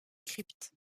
crypte